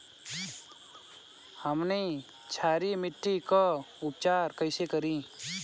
हमनी क्षारीय मिट्टी क उपचार कइसे करी?